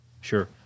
Sure